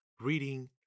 reading